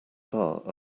bar